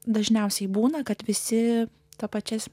dažniausiai būna kad visi tapačias